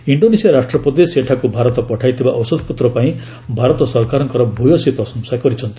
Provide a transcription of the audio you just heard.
Indonesia ରାଷ୍ଟ୍ରପତି ସେଠାକୁ ଭାରତ ପଠାଇଥିବା ଔଷଧପତ୍ର ପାଇଁ ଭାରତ ସରକାରଙ୍କର ଭ୍ୟସୀ ପ୍ରଶଂସା କରିଛନ୍ତି